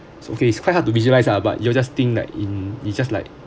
okay it's quite hard to visualize ah but you will just think like in you're just like